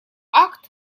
акт